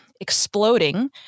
exploding